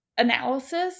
analysis